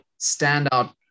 standout